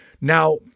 Now